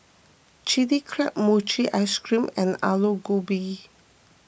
Chilli Crab Mochi Ice Cream and Aloo Gobi